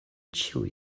ĉiuj